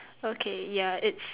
okay ya it's